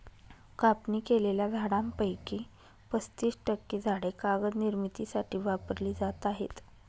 कापणी केलेल्या झाडांपैकी पस्तीस टक्के झाडे कागद निर्मितीसाठी वापरली जात आहेत